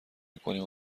میکنیم